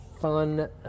fun